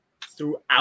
throughout